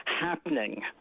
happening